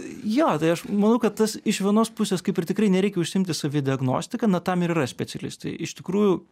jo tai aš manau kad tas iš vienos pusės kaip ir tikrai nereikia užsiimti savidiagnostika na tam ir yra specialistai iš tikrųjų